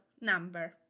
number